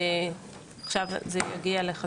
עכשיו זה יגיע לחתימה.